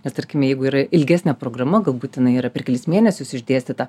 nes tarkim jeigu yra ilgesnė programa būtinai yra per kelis mėnesius išdėstyta